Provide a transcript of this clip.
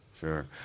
Sure